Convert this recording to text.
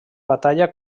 batalla